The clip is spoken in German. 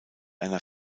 einer